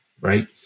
right